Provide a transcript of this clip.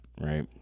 Right